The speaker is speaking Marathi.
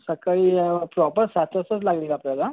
सकाळी प्रॉपर सात वाजताच लागेल आपल्याला